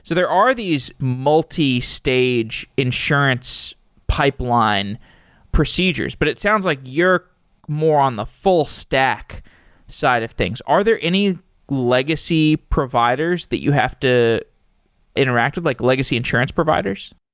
so there are these multistage insurance pipeline procedures, but it sounds like you're more on the full-stack side of things. are there any legacy providers that you have to interact with, like legacy insurance providers?